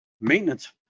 Maintenance